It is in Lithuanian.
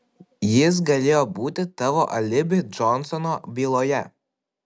jis galėjo būti tavo alibi džonsono byloje